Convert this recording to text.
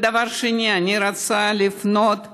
אני רוצה לפנות לנשים: